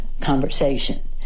conversation